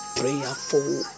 prayerful